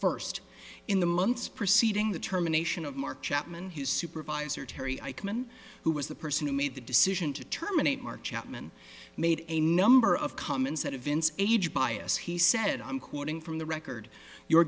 first in the months preceding the terminations of mark chapman his supervisor terry eichmann who was the person who made the decision to terminate march chapman made a number of comments at a vince age bias he said i'm quoting from the record you're